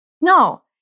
No